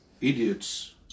idiots